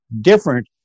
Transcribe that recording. different